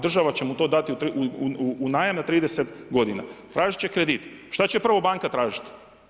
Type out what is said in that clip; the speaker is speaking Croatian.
Država će mu to dati u najam na 30 g. Tražiti će kredit, šta će prvo banka tražiti?